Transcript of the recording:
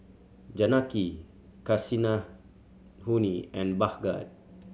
Janaki Kasinadhuni and Bhagat